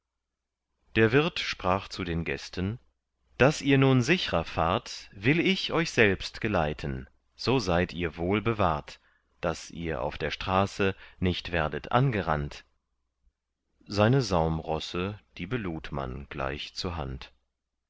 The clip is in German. der wirt sprach zu den gästen daß ihr nun sichrer fahrt will ich euch selbst geleiten so seid ihr wohl bewahrt daß ihr auf der straße nicht werdet angerannt seine saumrosse die belud man gleich zur hand